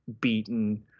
beaten